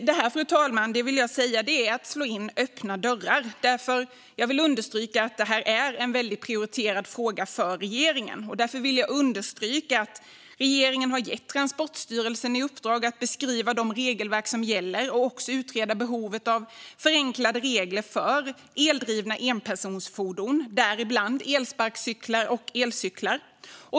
Detta, fru talman, är att slå in öppna dörrar. Jag vill understryka att det är en prioriterad fråga för regeringen. Regeringen har gett Transportstyrelsen i uppdrag att beskriva de regelverk som gäller och utreda behovet av förenklade regler för eldrivna enpersonsfordon, däribland elsparkcyklar och elcyklar.